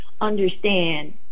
understand